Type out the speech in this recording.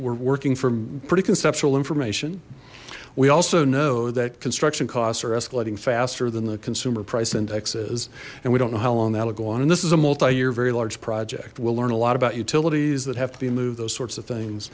working for pretty conceptual information we also know that construction costs are escalating faster than the consumer price index is and we don't know how long that'll go on and this is a multi year very large project we'll learn a lot about utilities that have to be moved those sorts of things